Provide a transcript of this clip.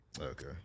Okay